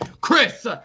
Chris